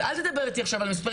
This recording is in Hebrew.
אז אל תדבר איתי על מספרים.